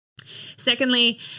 Secondly